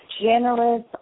generous